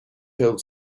filled